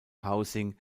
housing